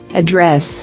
address